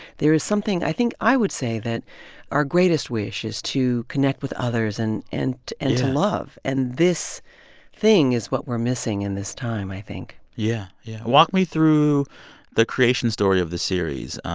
there is something i think i would say that our greatest wish is to connect with others and and and to love. and this thing is what we're missing in this time, i think yeah, yeah. walk me through the creation story of the series.